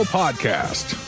podcast